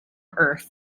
earth